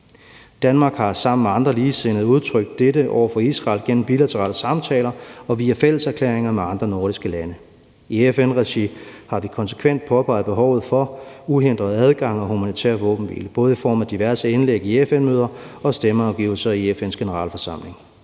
Danmark har sammen med andre ligesindede udtrykt dette over for Israel gennem bilaterale samtaler og via fælles erklæringer med andre nordiske lande. I FN-regi har vi konsekvent påpeget behovet for uhindret adgang og humanitær våbenhvile, både i form af diverse indlæg på FN-møder og stemmeafgivelser på FN's Generalforsamling.